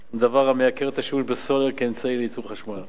זה דבר המייקר את השימוש בסולר כאמצעי לייקור חשמל.